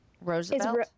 Roosevelt